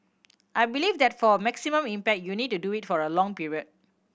I believe that for maximum impact you need to do it over a long period